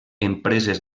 empreses